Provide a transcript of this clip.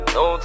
no